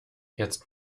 jetzt